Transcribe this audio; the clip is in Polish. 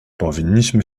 powinniśmy